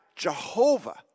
Jehovah